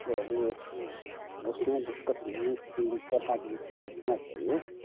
चलिए ठीक है उसमें दिक्कत नहीं थी तीन बिस्सा पाँच बिस्सा जितना चाहिए